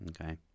okay